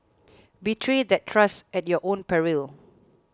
betray that trust at your own peril